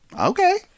Okay